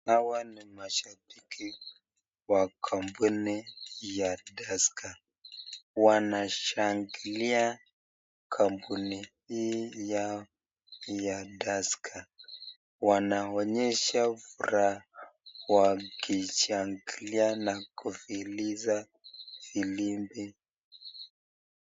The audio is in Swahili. Hawa ni mashabiki wa kampuni ya (cs)Tusker(cs), wanashangilia kampuni hii yao ya (cs)Tusker(cs), wanaonyesha furaha wakishangilia na kufiliza firimbi.